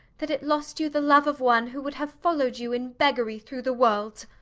that it lost you the love of one who would have followed you in beggary through the world!